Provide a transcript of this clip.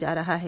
जा रहा है